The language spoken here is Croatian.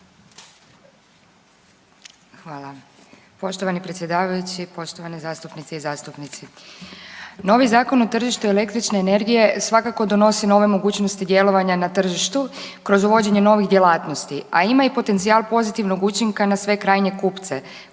Hvala. Poštovani predsjedavajući, poštovani zastupnice i zastupnici. Novi Zakon o tržištu električne energije svakako donosi nove mogućnosti djelovanja na tržištu kroz uvođenje novih djelatnosti, a ima i potencijal pozitivnog učinka na sve krajnje kupce